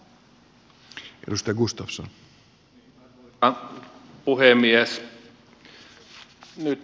arvoisa puhemies